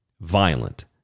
violent